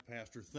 Pastor